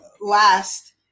last